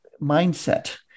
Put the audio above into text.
mindset